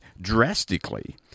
drastically